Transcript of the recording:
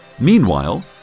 Meanwhile